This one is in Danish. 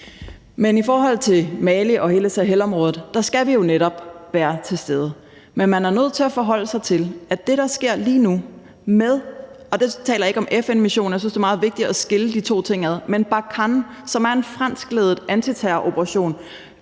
I forhold til Mali og hele Sahelområdet skal vi jo netop være til stede, men man er nødt til at forholde sig til, at det, der sker lige nu – og der taler jeg ikke om FN-missionen, for jeg synes, det er meget vigtigt at skille de to ting ad – er, at »Operation Barkhane«, som er en franskledet antiterroroperation,